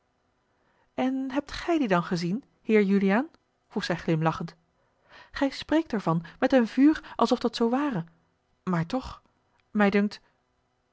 en hebt gij die dan gezien heer juliaan vroeg zij glimlachend gij spreekt er van met een vuur alsof dat zoo ware maar toch mij dunkt